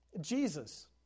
Jesus